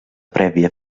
prèvia